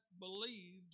believed